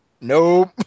Nope